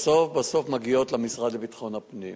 בסוף בסוף מגיעות למשרד לביטחון הפנים,